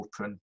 open